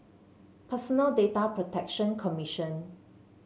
Personal Data Protection Commission